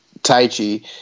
Taichi